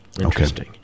Interesting